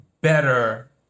better